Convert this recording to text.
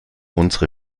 unsere